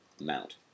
mount